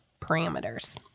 parameters